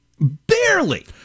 Barely